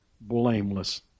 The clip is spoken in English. blameless